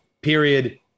period